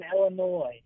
Illinois